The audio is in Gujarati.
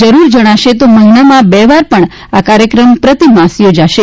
જરૂર જણાશે તો મહિનામાં બે વાર પણ આ કાર્યક્રમ પ્રતિમાસ યોજાશે